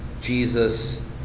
Jesus